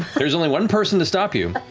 there's only one person to stop you,